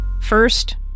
First